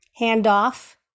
handoff